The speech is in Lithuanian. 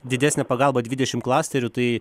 didesnė pagalba dvidešim klasterių tai